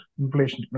inflation